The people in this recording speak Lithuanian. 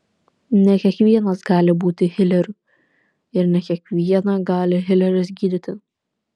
ne kiekvienas gali būti hileriu ir ne kiekvieną gali hileris gydyti